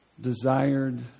desired